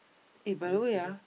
eh by the way ah